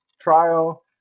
trial